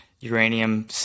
uranium